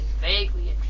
vaguely